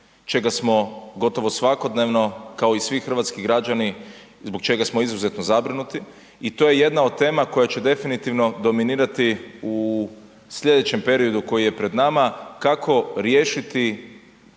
čega smo gotovo svakodnevno, kao i svi hrvatski građani, zbog čega smo izuzetno zabrinuti i to je jedna od tema koja će definitivno dominirati u slijedećem periodu koji je pred nama, kako riješiti